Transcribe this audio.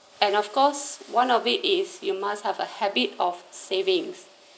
and of course one of it is you must have a habit of savings